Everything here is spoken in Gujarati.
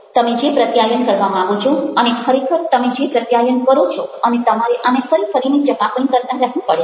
તમે જે પ્રત્યાયન કરવા માંગો છો અને ખરેખર તમે જે પ્રત્યાયન કરો છો અને તમારે આને ફરી ફરીને ચકાસણી કરતા રહેવું પડે છે